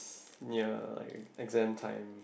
near like exam time